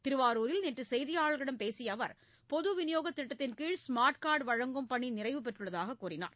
திருவாரூரில் நேற்று செய்தியாளர்களிடம் பேசிய அவர் பொது விநியோகத் திட்டத்தின் கீழ் ஸ்மார்ட் கார்டு வழங்கும் பணி நிறைவு பெற்றுள்ளதாக தெரிவித்தார்